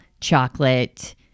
chocolate